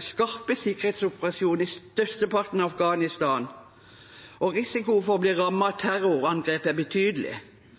skarpe sikkerhetsoperasjoner i størsteparten av Afghanistan, og risikoen for å bli rammet